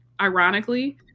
ironically